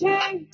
King